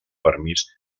permís